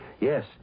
Yes